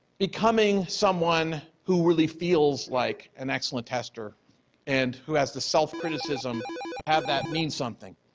becoming someone who really feeds like an excellent tester and who has the self criticism have that mean something.